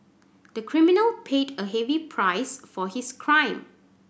the criminal paid a heavy price for his crime